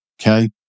Okay